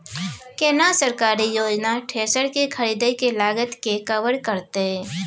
केना सरकारी योजना थ्रेसर के खरीदय के लागत के कवर करतय?